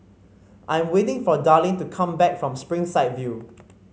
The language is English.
I am waiting for Darlyne to come back from Springside View